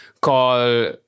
call